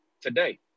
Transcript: today